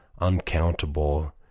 uncountable